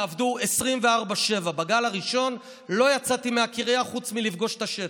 תעבדו 24/7. בגל הראשון לא יצאתי מהקריה חוץ מלפגוש את השטח.